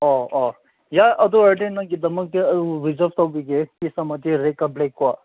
ꯑꯣ ꯑꯣ ꯌꯥꯏ ꯑꯗꯨ ꯑꯣꯏꯔꯗꯤ ꯅꯪꯒꯤꯗꯃꯛꯇ ꯔꯤꯖꯥꯞ ꯇꯧꯕꯤꯒꯦ ꯄꯤꯁ ꯑꯃꯗꯤ ꯔꯦꯠꯀ ꯕ꯭ꯂꯦꯛꯀꯣ